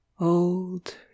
Old